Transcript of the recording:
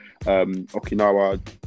okinawa